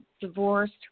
divorced